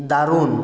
দারুন